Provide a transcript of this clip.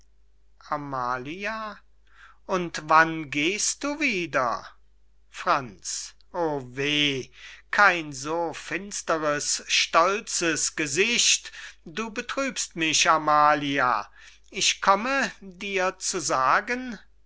amalia und wann gehst du wieder franz o weh kein so finsteres stolzes gesicht du betrübst mich amalia ich komme dir zu sagen